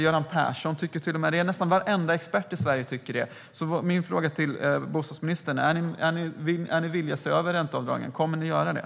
Göran Persson tycker det, och nästan varenda expert i Sverige tycker det. Min fråga till bostadsministern är därför: Är ni villiga att se över ränteavdragen? Kommer ni att göra det?